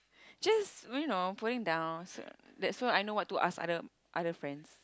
just you know putting down so that's why I know what to ask other other friends